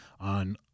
on